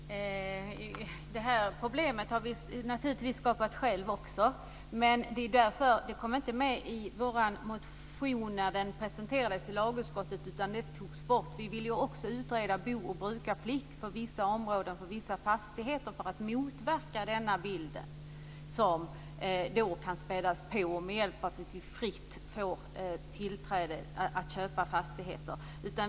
Fru talman! Det här problemet har vi naturligtvis skapat själva också. Men det kom inte med i vår motion när den presenterades i lagutskottet, utan det togs bort. Vi ville också utreda bo och brukarplikt för vissa områden för vissa fastigheter för att motverka denna bild som kan spädas på genom ett det blir fritt fram att köpa fastigheter.